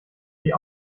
die